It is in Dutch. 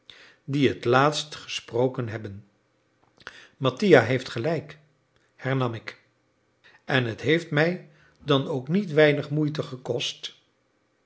die het laatst gesproken hebben mattia heeft gelijk hernam ik en het heeft mij dan ook niet weinig moeite gekost